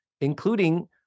including